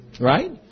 Right